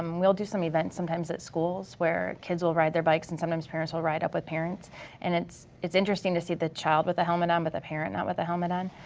um we'll do some events sometimes at schools where kids will ride their bikes and sometimes parents will ride up with parents and it's it's interesting to see the child with a helmet on but the parent not with a helmet on.